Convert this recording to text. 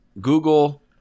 Google